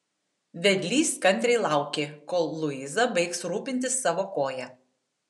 vedlys kantriai laukė kol luiza baigs rūpintis savo koja